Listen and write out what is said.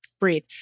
breathe